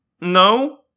No